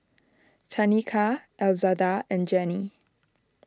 Tanika Elzada and Janey